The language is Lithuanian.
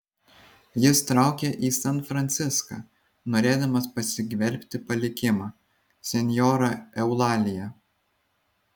jis traukia į san franciską norėdamas pasigvelbti palikimą senjora eulalija